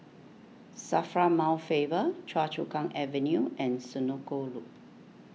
Safra Mount Faber Choa Chu Kang Avenue and Senoko Loop